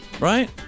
Right